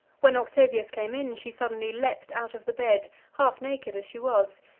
when octavius came in, she suddenly leaped out of the bed, half naked as she was,